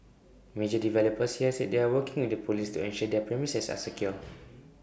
major developers here said they are working with the Police to ensure their premises are secure